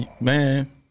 man